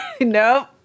Nope